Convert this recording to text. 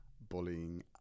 bullying